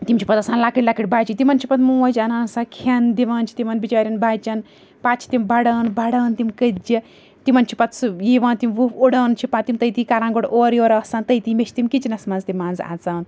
تِم چھِ پَتہٕ آسان لۄکٕٹۍ لۄکٕٹۍ بَچہِ تِمَن چھِ پَتہٕ موج اَنان سۄ کھیٚن دِوان چھِ تِمَن بِچاریٚن بَچیٚن پَتہٕ چھِ تِم بَڑھان بَڑھان تِم کٔتجہِ تِمَن چھُ پَتہٕ سُہ یِوان تِم وُف اُڑان چھِ پَتہٕ تِم تٔتی کَران گۄڈٕ اورٕ یورٕ آسان تٔتی مےٚ چھِ تِم کِچنَس مَنٛز تہِ مَنٛزٕ اَژان